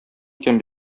икән